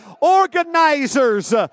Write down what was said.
organizers